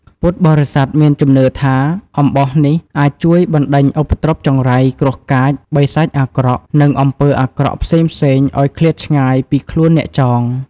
ពុទ្ធបរិស័ទមានជំនឿថា អំបោះនេះអាចជួយបណ្ដេញឧបទ្រពចង្រៃ គ្រោះកាច បិសាចអាក្រក់ និងអំពើអាក្រក់ផ្សេងៗឲ្យឃ្លាតឆ្ងាយពីខ្លួនអ្នកចង។